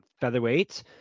featherweight